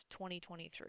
2023